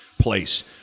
place